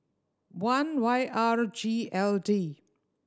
one Y R G L D